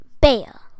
Bear